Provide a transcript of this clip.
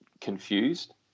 confused